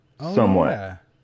somewhat